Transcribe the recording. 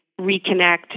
reconnect